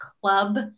club